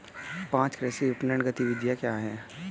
पाँच कृषि विपणन गतिविधियाँ क्या हैं?